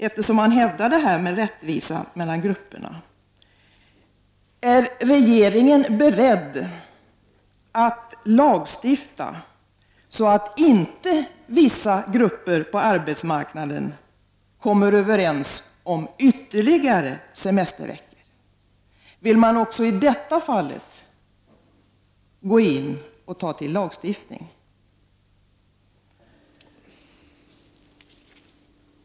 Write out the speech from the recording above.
Eftersom man hävdar detta med rättvisa mellan grupperna vill jag fråga: Är regeringen beredd att lagstifta, så att inte vissa grupper på arbetsmarknaden kommer överens om ytterligare semesterveckor? Tänker man i så fall gå in och ta till lagstiftning?